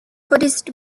buddhist